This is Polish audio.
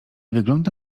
wygląda